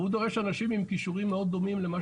והוא דורש אנשים עם כישורים מאוד דומים למה